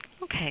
Okay